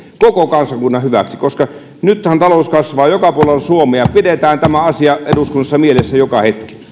koko kansakunnan hyväksi koska nythän talous kasvaa joka puolella suomea pidetään tämä asia eduskunnassa mielessä joka